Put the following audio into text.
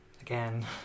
Again